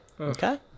okay